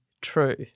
true